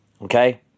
okay